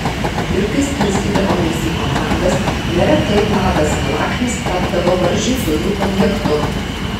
ir kai skirstydavomės į komandas neretai vladas milaknis tapdavo varžytuvių objektu